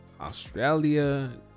australia